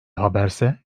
haberse